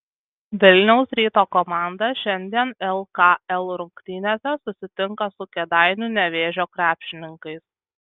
vilniaus ryto komanda šiandien lkl rungtynėse susitinka su kėdainių nevėžio krepšininkais